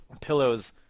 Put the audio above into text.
pillows